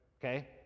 Okay